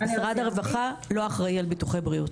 משרד הרווחה לא אחראי על ביטוחי בריאות.